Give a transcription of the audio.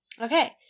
Okay